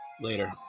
later